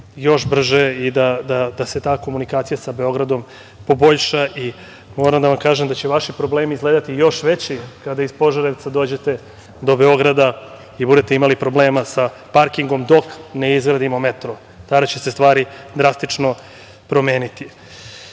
još brže i da se ta komunikacija sa Beogradom poboljša. Moram da vam kažem da će vaši problemi izgledati još veći kada iz Požarevca dođete do Beograda i budete imali problema sa parkingom dok ne izgradimo metro. Tada će se stvari drastično promeniti. Kao